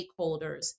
stakeholders